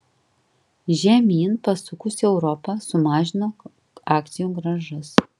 žemyn pasukusi europa sumažino akcijų grąžas